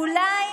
אולי,